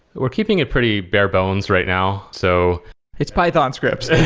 we're keeping a pretty bare-bones right now. so it's python scripts. yeah,